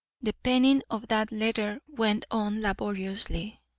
the penning of that letter went on laboriously.